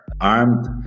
armed